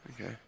Okay